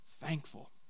thankful